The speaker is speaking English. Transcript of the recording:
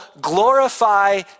glorify